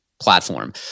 platform